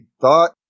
thought